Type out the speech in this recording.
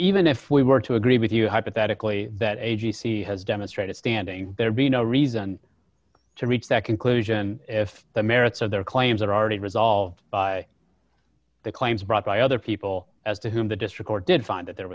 even if we were to agree with you hypothetically that a g c has demonstrated standing there be no reason to reach that conclusion if the merits of their claims are already resolved by the claims brought by other people as to whom the district or did find that there